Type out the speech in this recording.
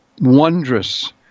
wondrous